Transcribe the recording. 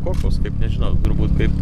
kopos kaip nežinau turbūt kaip